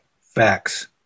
Facts